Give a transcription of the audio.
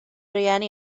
rhieni